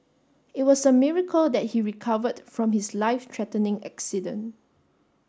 it was a miracle that he recovered from his life threatening accident